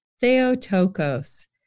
Theotokos